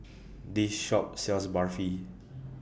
This Shop sells Barfi